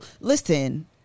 Listen